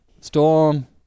Storm